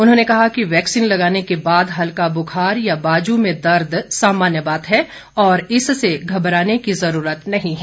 उन्होंने कहा कि वैक्सीन लगाने के बाद हल्का बुखार या बाजू में दर्द सामान्य बात है और इससे घबराने की ज़रूरत नहीं है